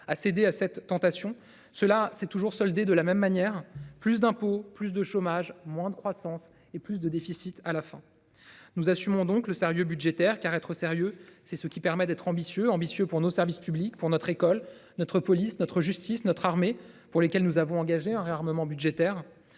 a cédé à cette tentation. Cela s'est toujours soldée. De la même manière, plus d'impôts, plus de chômage, moins de croissance et plus de déficit à la fin. Nous assumons donc le sérieux budgétaire car être sérieux. C'est ce qui permet d'être ambitieux ambitieux pour nos services publics pour notre école notre police notre justice, notre armée pour lesquels nous avons engagé un réarmement budgétaire